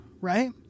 right